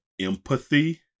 empathy